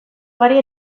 ugari